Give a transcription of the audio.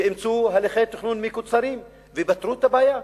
אימצו הליכי תכנון מקוצרים ופתרו את הבעיה.